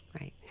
Right